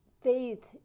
faith